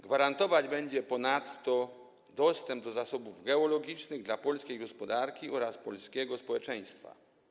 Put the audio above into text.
Gwarantować będzie ponadto dostęp do zasobów geologicznych dla polskiej gospodarki oraz polskiego społeczeństwa.